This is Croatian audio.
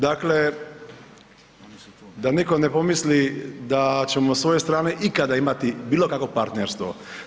Dakle, da niko ne pomisli da ćemo sa svoje strane ikada imati bilokakvo partnerstvo.